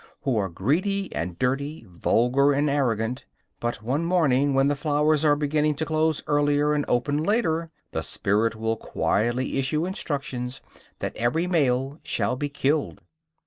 who are greedy and dirty, vulgar and arrogant but, one morning when the flowers are beginning to close earlier and open later, the spirit will quietly issue instructions that every male shall be killed.